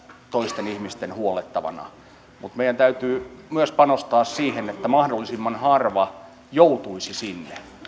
toisten ihmisten huollettavana mutta meidän täytyy myös panostaa siihen että mahdollisimman harva joutuisi sinne